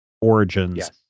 origins